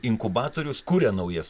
inkubatorius kuria naujas